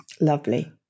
Lovely